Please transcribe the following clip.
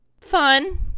fun